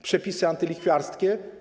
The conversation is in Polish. Przepisy antylichwiarskie.